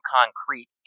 concrete